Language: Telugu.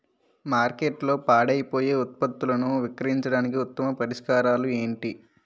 మార్కెట్లో పాడైపోయే ఉత్పత్తులను విక్రయించడానికి ఉత్తమ పరిష్కారాలు ఏంటి?